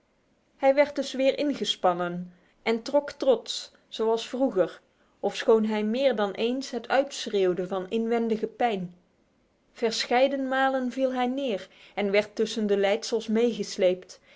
hij werd dus weer ingespannen en trok trots zoals vroeger ofschoon hij meer dan eens het uitschreeuwde van inwendige pijn verscheidene malen viel hij neer en werd tussen de leidsels meegesleept